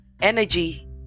Energy